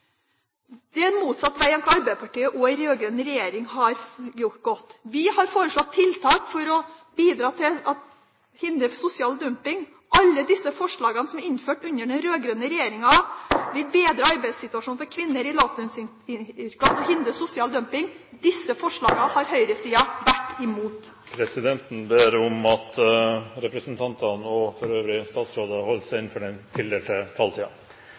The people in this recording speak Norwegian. Det er motsatt vei av den Arbeiderpartiet og en rød-grønn regjering har gått. Vi har foreslått tiltak for å hindre sosial dumping. Alle disse forslagene som er innført under den rød-grønne regjeringa, vil bedre arbeidssituasjonen for kvinner i lavtlønnsyrkene og hindre sosial dumping. Disse forslagene har høyresida vært imot. Presidenten ber om at representantene og for øvrig også statsrådene holder seg innenfor den tildelte